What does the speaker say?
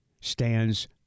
stands